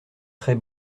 très